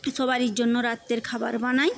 সবারই জন্য রাত্রে খাবার বানাই